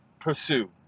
pursue